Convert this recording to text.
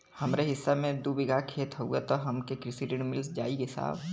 हमरे हिस्सा मे दू बिगहा खेत हउए त हमके कृषि ऋण मिल जाई साहब?